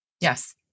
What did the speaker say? Yes